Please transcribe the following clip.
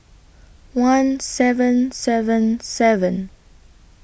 one seven seven seven